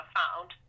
found